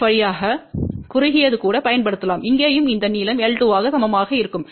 H வழியாக குறுகியது கூட பயன்படுத்தலாம் இங்கேயும் அந்த நீளம் L2 க்கு சமமாக இருக்கும்